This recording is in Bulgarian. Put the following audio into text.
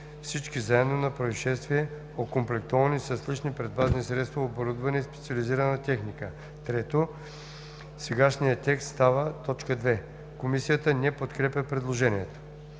всички заедно на произшествие, окомплектовани с лични предпазни средства, оборудвани със специализирана техника.“ 3. Сегашният текст става т. 2.“ Комисията не подкрепя предложението.